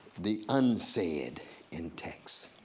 the unsaid in text.